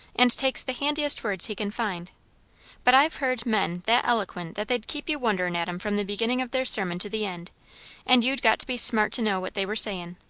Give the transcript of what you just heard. and takes the handiest words he can find but i've heard men that eloquent that they'd keep you wonderin' at em from the beginning of their sermon to the end and you'd got to be smart to know what they were sayin'.